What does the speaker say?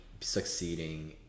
succeeding